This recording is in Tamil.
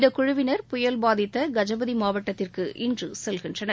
இந்த குழுவின் புயல் பாதித்த கஜபதி மாவட்டத்திற்கு இன்று செல்கின்றனர்